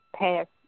past